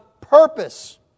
purpose